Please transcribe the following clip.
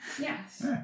Yes